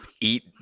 eat